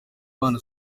bana